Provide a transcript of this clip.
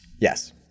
Yes